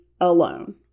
alone